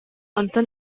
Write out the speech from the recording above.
онтон